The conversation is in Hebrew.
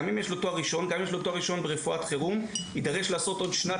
גם אם יש לו תואר ראשון ברפואת חירום יידרש לעשות עוד שנת